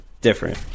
different